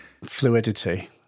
Fluidity